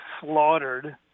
slaughtered